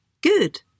good